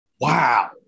Wow